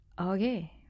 okay